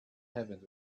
heavens